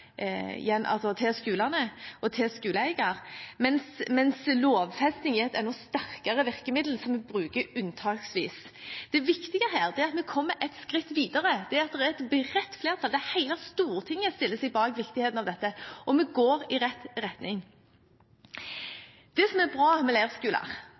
til skolene og skoleeierne, mens lovfesting er et enda sterkere virkemiddel, som vi bruker unntaksvis. Det viktige er at vi kommer et skritt videre, at det er et bredt flertall der hele Stortinget stiller seg bak viktigheten av dette, og at vi går i rett retning. Det som er bra med